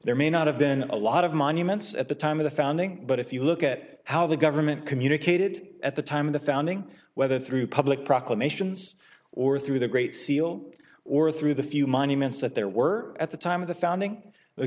there may not have been a lot of monuments at the time of the founding but if you look at how the government communicated at the time of the founding whether through public proclamations or through the great seal or through the few monuments that there were at the time of the founding the